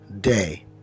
day